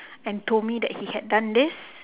and told me that he had done this